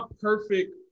perfect